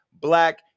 black